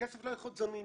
הכסף לא צריך להיות זמין,